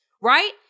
right